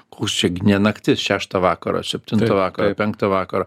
koks čia gi ne naktis šeštą vakaro septintą vakaro penktą vakaro